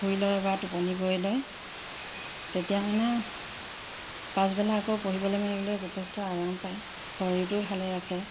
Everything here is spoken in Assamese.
শুই লয় বা টোপনি গৈ লয় তেতিয়া মানে পাছবেলা আকৌ পঢ়িবলৈ মেলিবলৈ যথেষ্ট আৰাম পায় শৰীৰটো ভালে ৰাখে